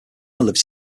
lives